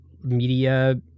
media